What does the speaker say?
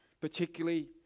particularly